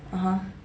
(uh huh)